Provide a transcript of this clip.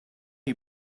you